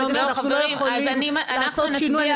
ברגע שאנחנו לא יכולים לעשות שינוי,